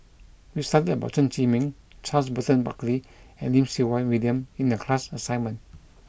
we studied about Chen Zhiming Charles Burton Buckley and Lim Siew Wai William in the class assignment